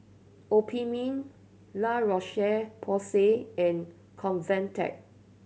Obimin La Roche Porsay and Convatec